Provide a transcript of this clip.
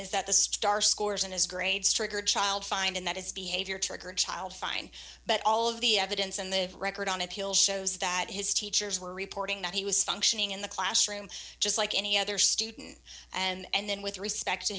is that the star scores and his grades triggered child find that his behavior triggered child fine but all of the evidence in the record on appeal shows that his teachers were reporting that he was functioning in the classroom just like any other student and then with respect to